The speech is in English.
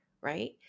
right